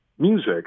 music